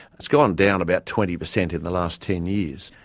it's gone down about twenty percent in the last ten years.